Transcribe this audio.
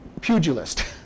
pugilist